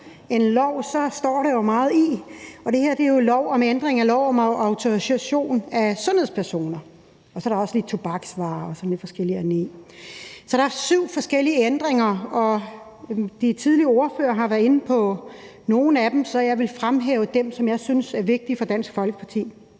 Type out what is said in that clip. i det. Det her er jo forslag til lov om ændring af lov om autorisation af sundhedspersoner, og så er der også lige tobaksvarer og sådan lidt forskelligt i. Så der er syv forskellige ændringer, og de forrige ordførere har været inde på nogle af dem, så jeg vil fremhæve dem, som jeg synes er vigtige for Dansk Folkeparti.